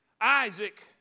Isaac